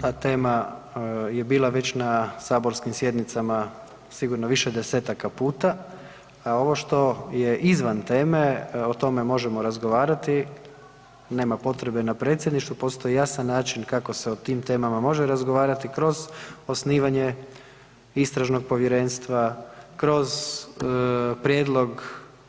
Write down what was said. Ta tema je bila već na saborskim sjednicama sigurno više 10-taka puta, a ovo što je izvan teme o tome možemo razgovarati, nema potrebe na predsjedništvu, postoji jasan način kako se o tim temama može razgovarati kroz osnivanje istražnog povjerenstva, kroz prijedlog